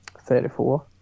Thirty-four